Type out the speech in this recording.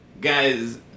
Guys